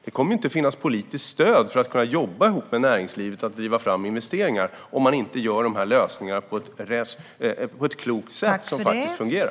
Det kommer inte att finnas politiskt stöd för att kunna jobba ihop med näringslivet för att driva fram investeringar om inte lösningarna tas fram på ett klokt sätt som faktiskt fungerar.